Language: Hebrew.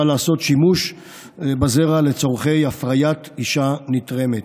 לעשות שימוש בזרע לצורכי הפריית אישה נתרמת.